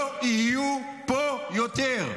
לא יהיו פה יותר.